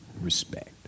Respect